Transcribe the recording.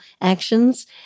actions